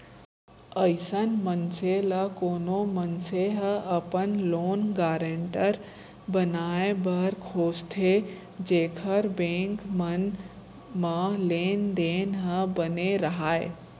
अइसन मनसे ल कोनो मनसे ह अपन लोन गारेंटर बनाए बर खोजथे जेखर बेंक मन म लेन देन ह बने राहय